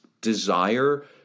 desire